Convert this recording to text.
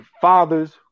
father's